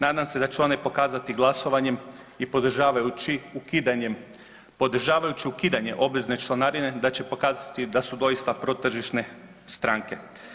Nadam se da će one pokazati glasovanjem i podržavajući ukidanjem, podržavajući ukidanje obvezne članarine da će pokazati da su doista protržišne stranke.